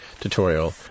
tutorial